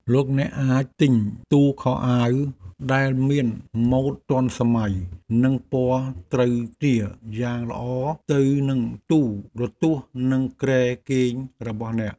លោកអ្នកអាចទិញទូខោអាវដែលមានម៉ូដទាន់សម័យនិងពណ៌ត្រូវគ្នាយ៉ាងល្អទៅនឹងទូរទស្សន៍និងគ្រែគេងរបស់អ្នក។